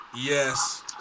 Yes